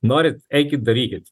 norit eikit darykit